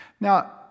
Now